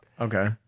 Okay